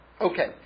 Okay